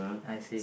I see